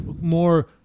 more